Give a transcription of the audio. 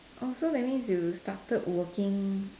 oh so that means you started working